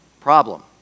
Problem